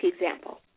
example